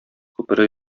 күпере